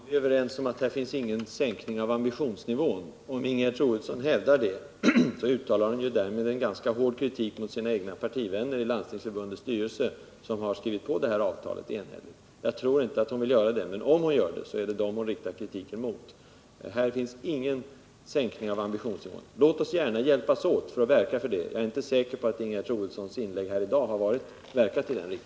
Herr talman! Låt oss vara överens om att här finns ingen sänkning av ambitionsnivån. Om Ingegerd Troedsson hävdar något annat, uttalar hon därmed en ganska hård kritik mot sina egna partivänner i Landstingsförbundets styrelse, som enhälligt har skrivit under detta avtal. Låt oss hjälpas åt att få till stånd en ökad utbyggnadstakt.